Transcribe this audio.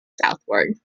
southward